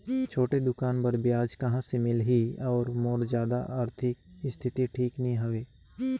छोटे दुकान बर ब्याज कहा से मिल ही और मोर जादा आरथिक स्थिति ठीक नी हवे?